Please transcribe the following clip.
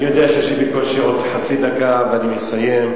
אני יודע שיש לי פה עוד חצי דקה, ואני מסיים.